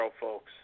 folks